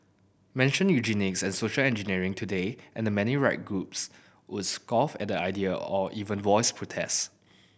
mention eugenics and social engineering today and many right groups would scoff at the idea or even voice protest